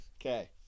Okay